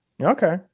okay